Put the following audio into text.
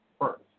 first